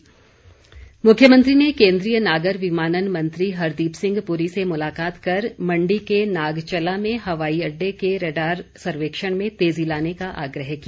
जयराम मुख्यमंत्री ने केन्द्रीय नागर विमानन मंत्री हरदीप सिंह पुरी से मुलाकात कर मण्डी के नागचला में हवाई अड्डे के रेडार सर्वेक्षण में तेज़ी लाने का आग्रह किया